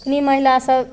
इसलिये महिला सब